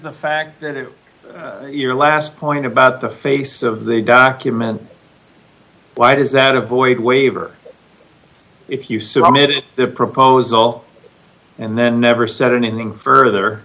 the fact that in your last point about the face of the document why does that avoid waiver if you submit the proposal and then never said anything further